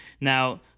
Now